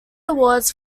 awards